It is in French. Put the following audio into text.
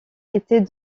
était